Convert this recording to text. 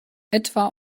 etwa